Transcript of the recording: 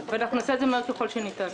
אנחנו נעשה את זה מהר ככל שניתן.